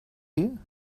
here